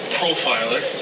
profiler